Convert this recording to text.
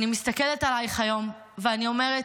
מסתכלת עלייך היום ואני אומרת: